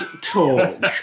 talk